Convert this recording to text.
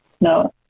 no